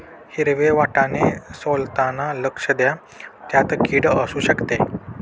हिरवे वाटाणे सोलताना लक्ष द्या, त्यात किड असु शकते